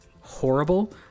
horrible